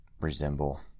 resemble